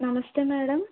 నమస్తే మేడమ్